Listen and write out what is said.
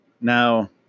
Now